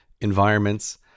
environments